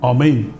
Amen